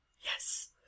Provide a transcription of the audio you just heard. Yes